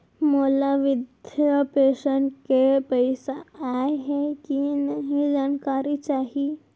मोला विधवा पेंशन के पइसा आय हे कि नई जानकारी चाही?